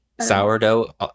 sourdough